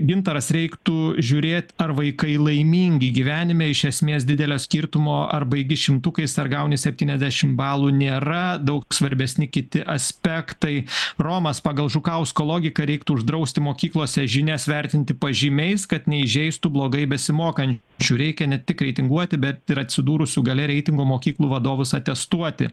gintaras reiktų žiūrėt ar vaikai laimingi gyvenime iš esmės didelio skirtumo ar baigi šimtukais ar gauni septyniasdešimt balų nėra daug svarbesni kiti aspektai romas pagal žukausko logiką reiktų uždrausti mokyklose žinias vertinti pažymiais kad neįžeistų blogai besimokančių reikia ne tik reitinguoti bet ir atsidūrusių gale reitingų mokyklų vadovus atestuoti